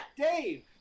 Dave